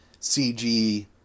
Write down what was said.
cg